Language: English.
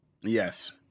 yes